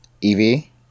Evie